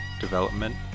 development